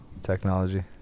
technology